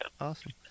awesome